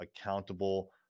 accountable